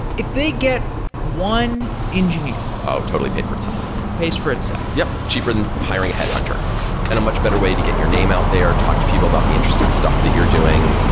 if they get one engineer oh, totally paid for itself. pays for itself. yup. cheaper than hiring a headhunter and a much better way to get your name out there. talk to people about the interesting stuff that you're doing.